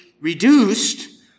reduced